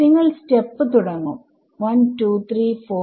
നിങ്ങൾ step തുടങ്ങും1234567